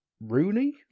Rooney